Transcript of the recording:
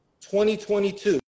2022